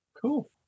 cool